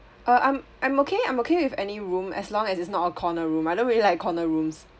uh I'm I'm okay I'm okay with any room as long as it's not a corner room I don't really like corner rooms